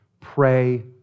Pray